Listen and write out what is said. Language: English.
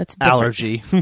allergy